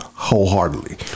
Wholeheartedly